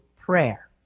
prayer